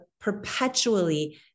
perpetually